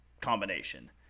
combination